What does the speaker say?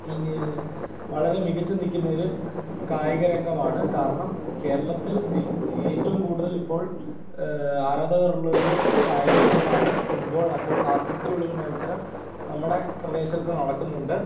ഇതിന് വളരെ മികച്ച് നിൽക്കുന്ന ഒരു കായിക രംഗമാണ് കാരണം കേരളത്തിൽ ഏറ്റവും കൂടുതൽ ഇപ്പോൾ ആരാധകർ ഉള്ള ഒരു കായിക ഇനമാണ് ഫുട്ബോൾ അപ്പോൾ അത്തരത്തിൽ ഉള്ളൊരു മത്സരം നമ്മുടെ പ്രദേശത്ത് നടക്കുന്നുണ്ട്